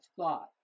thought